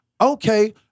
Okay